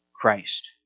Christ